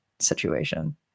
Situation